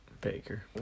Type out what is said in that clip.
Baker